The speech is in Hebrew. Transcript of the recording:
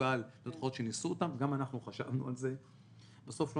בפורטוגל יש חברות שניסו אותם וגם אנחנו חשבנו על זה ובסוף זה